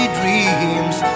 dreams